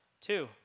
Two